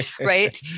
Right